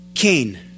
Cain